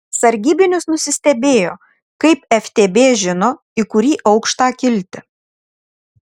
sargybinis nusistebėjo kaip ftb žino į kurį aukštą kilti